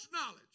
knowledge